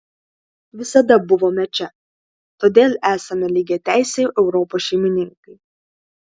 visada buvome čia todėl esame lygiateisiai europos šeimininkai